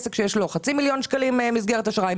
עסק שיש לו חצי מיליון שקלים מסגרת אשראי,